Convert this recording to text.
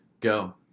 go